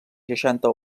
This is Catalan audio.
seixanta